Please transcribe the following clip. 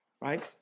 right